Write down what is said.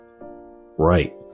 right